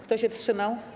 Kto się wstrzymał?